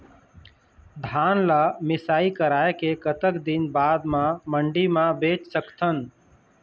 धान ला मिसाई कराए के कतक दिन बाद मा मंडी मा बेच सकथन?